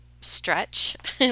stretch